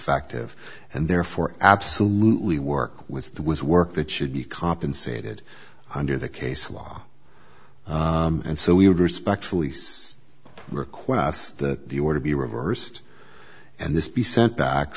fact of and therefore absolutely work with was work that should be compensated under the case law and so we would respectfully says requests that the order be reversed and this be sent back